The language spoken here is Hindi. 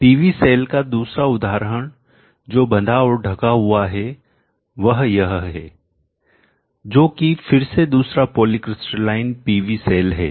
पीवी सेल का दूसरा उदाहरण जो बंधा और ढका हुआ है वह यह है जो कि फिर से दूसरा पॉलीक्रिस्टलाइन पीवी सेल है